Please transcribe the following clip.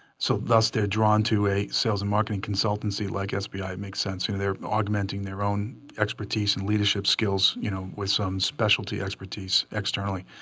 so thus they're drawn to a sales and marketing consultancy like sbi. it makes sense. you know they're augmenting their own expertise and leadership skills. you know with some specialty expertise, externally.